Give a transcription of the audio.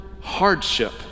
hardship